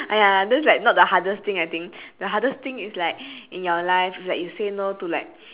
!aiya! that's like not the hardest thing I think the hardest thing is like in your life like you say no to like